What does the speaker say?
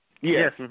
Yes